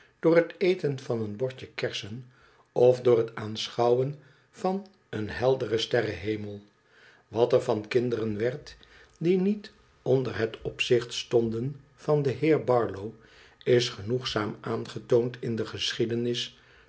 door het eten van een bordje kersen of door het aanschouwen van een helderen sterrenhemel wat er van kinderen werd die niet onder het opzicht stonden van den heer barlow is genoegzaam aangetoond in de geschiedenis